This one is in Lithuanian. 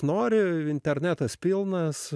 nori internetas pilnas